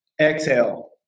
exhale